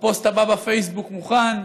הפוסט הבא בפייסבוק מוכן,